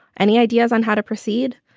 any ideas on how to proceed?